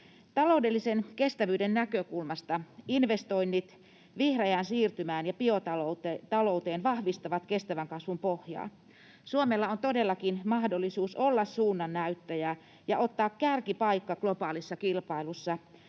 Taloudellisen kestävyyden näkökulmasta investoinnit vihreään siirtymään ja biotalouteen vahvistavat kestävän kasvun pohjaa. Suomella on todellakin mahdollisuus olla suunnannäyttäjä ja ottaa kärkipaikka globaalissa kilpailussa,